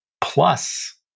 Plus